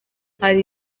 hari